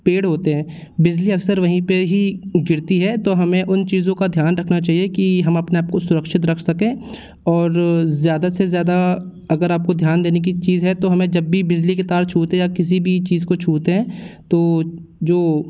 पेड़ होते हैं बिजली अक्सर वहीं पे ही गिरती है तो हमें उन चीज़ों का ध्यान रखना चाहिए कि हम अपने आप को सुरक्षित रख सकें और ज़्यादा से ज़्यादा अगर आपको ध्यान देने की चीज़ है तो हमें जब भी बिजली की तार छूते या किसी भी चीज़ को छूते हैं तो जो